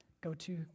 go-to